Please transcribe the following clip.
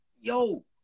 Yo